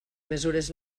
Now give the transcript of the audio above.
mesures